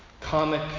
comic